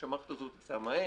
שהמערכת הזאת תיסע מהר,